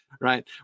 right